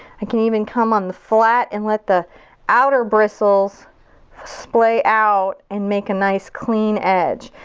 i can even come on the flat and let the outer bristles splay out and make a nice, clean edge.